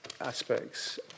Aspects